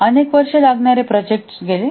अनेक वर्ष लागणारे प्रोजेक्ट गेले